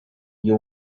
you